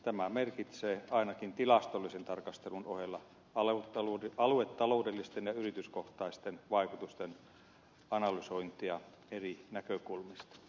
tämä merkitsee ainakin tilastollisen tarkastelun ohella aluetaloudellisten ja yrityskohtaisten vaikutusten analysointia eri näkökulmista